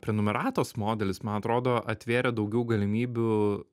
prenumeratos modelis man atrodo atvėrė daugiau galimybių